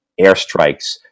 airstrikes